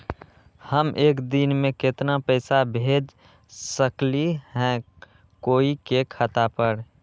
हम एक दिन में केतना पैसा भेज सकली ह कोई के खाता पर?